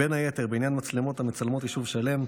בין היתר בעניין מצלמות המצלמות יישוב שלם,